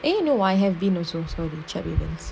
eh no I have been also sorry check events